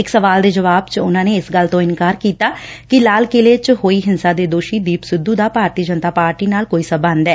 ਇਕ ਸਵਾਲ ਦੇ ਜਵਾਬ ਚ ਉਨ੍ਹਾਂ ਨੇ ਇਸ ਗੱਲ ਤੋਂ ਇਨਕਾਰ ਕੀਤਾ ਕਿ ਲਾਲ ਕਿਲ੍ਹੇ ਚ ਹੋਈ ਹਿੰਸਾ ਦੇ ਦੋਸ਼ੀ ਦੀਪ ਸਿੱਧੁ ਦਾ ਭਾਰਤੀ ਜਨਤਾ ਪਾਰਟੀ ਨਾਲ ਕੋਈ ਸਬੰਧ ਨਹੀਂ ਐ